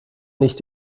nicht